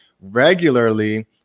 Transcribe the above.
regularly